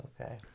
okay